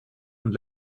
und